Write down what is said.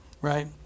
Right